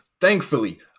Thankfully